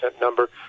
number